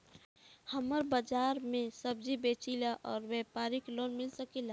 हमर बाजार मे सब्जी बेचिला और व्यापार लोन मिल सकेला?